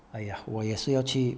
!aiya! 我也是要去